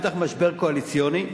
בטח משבר קואליציוני,